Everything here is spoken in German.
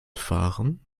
fahren